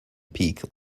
peak